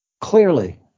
clearly